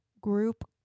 group